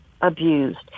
abused